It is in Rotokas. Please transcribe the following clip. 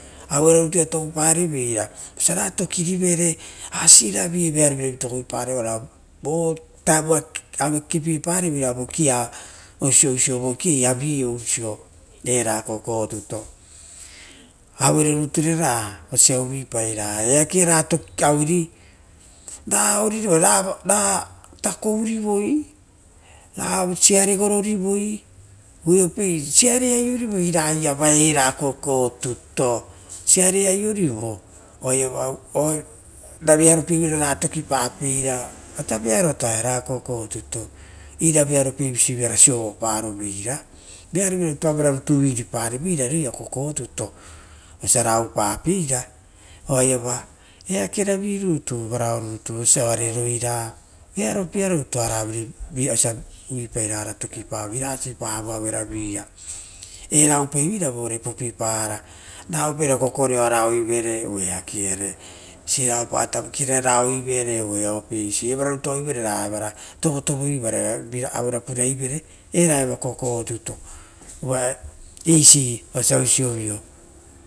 Auero rutu ia toupareveira vosia ra tolari vere asi era vearo vira vi tokiparevora vosi viaro rira taevuaia vitavi parevora oisi osia vokiei era kokotuto, auero rutu ia ra oiso ra rera ueri ra takourivo rao siare aiorivoi ira iva era kokotuto sare aiorivo ra vearopievira ratokipari ata vearotoa era kokotuto era vearopie visive ora siovo paroveira, vearo vira rutu auero rutu uiripare vire era kokotato vosia ra aiopa peira oaia eakeravi rutu vara osia ekere roira vearo pie a rutu osia uvuipa ra vautepape aueroviia ora oupa veira vore pupipara ra uvui parai kokoreara ouivere, siraopa tavakiare ra ouivere, eisi eva rutu ouivere ra vara tovotovoive auera purai vere eraiava kokotuto uva eisi oisivio.